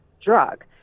drug